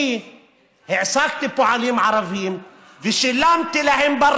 אני העסקתי פועלים ערבים ושילמתי להם "שחור"